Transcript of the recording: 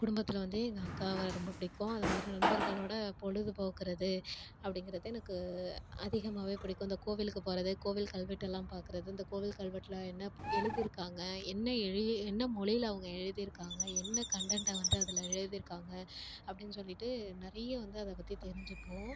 குடும்பத்தில் வந்து எங்கள் அக்காவை ரொம்ப பிடிக்கும் அது மாதிரி நண்பர்களோடய பொழுது போக்கிறது அப்படிங்கறது எனக்கு அதிகமாவே பிடிக்கும் இந்த கோவிலுக்கு போகிறது கோவில் கல்வெட்டெல்லாம் பார்க்கறது இந்த கோவில் கல்வெட்டில் என்ன எழுதியிருக்காங்க என்ன எழுதி என்ன மொழியில் அவுங்க எழுதியிருக்காங்க என்ன கன்டெண்ட்டை வந்து அதில் எழுதியிருக்காங்க அப்படின்னு சொல்லிகிட்டு நிறைய வந்து அதை பற்றி தெரிஞ்சுப்போம்